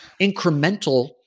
incremental